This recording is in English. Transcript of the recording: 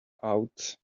out